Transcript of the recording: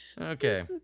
Okay